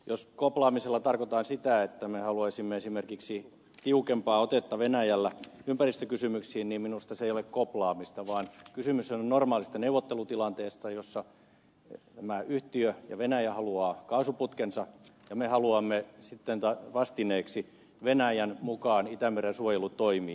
jos koplaamisella tarkoitetaan sitä että me haluaisimme esimerkiksi tiukempaa otetta venäjällä ympäristökysymyksiin niin minusta se ei ole koplaamista vaan kysymyshän on normaalista neuvottelutilanteesta jossa tämä yhtiö ja venäjä haluavat kaasuputkensa ja me haluamme sitten vastineeksi venäjän mukaan itämeren suojelutoimiin